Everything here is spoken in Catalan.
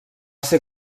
ser